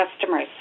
customers